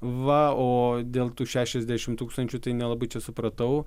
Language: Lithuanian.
va o dėl tų šešiasdešim tūkstančių tai nelabai čia supratau